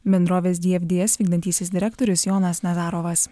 bendrovės dfds vykdantysis direktorius jonas nazarovas